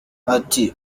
ati